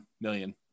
million